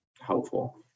helpful